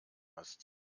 hast